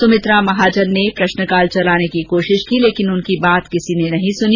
सुमित्रा महाजन ने प्रश्नकाल चलाने की कोशिश की लेकिन उनकी बात किसी ने नहीं सुनी